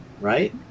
right